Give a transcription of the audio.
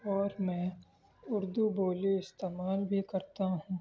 اور میں اردو بولی استعمال بھی کرتا ہوں